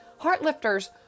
Heartlifters